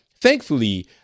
Thankfully